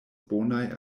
bonaj